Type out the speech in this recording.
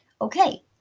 okay